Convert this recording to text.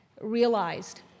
realized